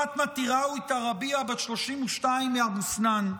פאטמה טיראוי טרביה, בת 32, מאבו סנאן,